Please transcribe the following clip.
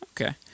okay